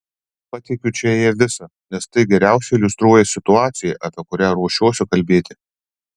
pateikiu čia jį visą nes tai geriausiai iliustruoja situaciją apie kurią ruošiuosi kalbėti